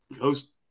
host